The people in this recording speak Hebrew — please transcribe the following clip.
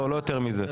לא יותר מזה,